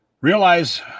realize